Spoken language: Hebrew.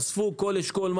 אספו כל אשכול,